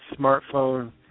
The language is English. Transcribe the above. smartphone